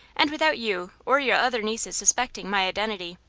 and without you or your other nieces suspecting, my identity,